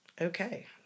Okay